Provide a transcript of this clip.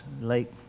Lake